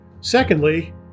Secondly